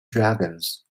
dragons